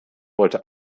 wollte